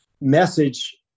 message